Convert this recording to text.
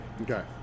Okay